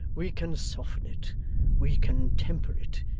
we can soften it we can temper it,